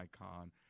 icon